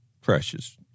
Precious